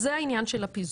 אז זה העניין של הפיזור,